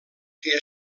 que